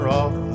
off